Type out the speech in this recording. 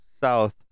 south